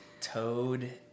Toad